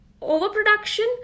overproduction